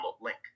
link